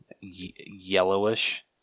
yellowish